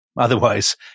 Otherwise